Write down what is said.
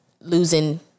losing